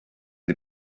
des